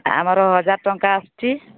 ଆମର ହଜାର ଟଙ୍କା ଆସଛି